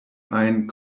ajn